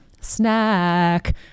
Snack